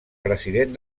president